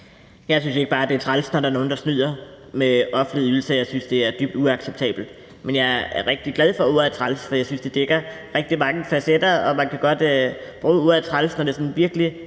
Jeg synes ikke, det bare er træls, når der er nogen, der snyder med offentlige ydelser. Jeg synes, det er dybt uacceptabelt. Men jeg er rigtig glad for ordet træls, for jeg synes, det dækker rigtig mange facetter, og man kan godt bruge ordet træls, når det sådan virkelig